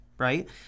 right